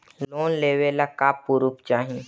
Loan लेवे ला का पुर्फ चाही?